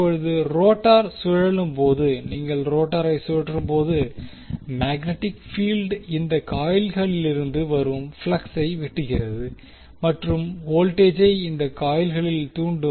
இப்போது ரோட்டார் சுழலும் போது நீங்கள் ரோட்டரைச் சுழற்றும்போது மேக்னெட்டிக் பீல்ட் இந்த காயில்களிலிருந்து வரும் ப்ளக்ஸை வெட்டுகிறது மற்றும் வோல்டேஜை இந்த காயிகளில் தூண்டும்